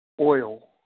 oil